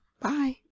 Bye